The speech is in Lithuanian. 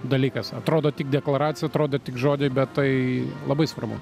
dalykas atrodo tik deklaracija atrodo tik žodį bet tai labai svarbu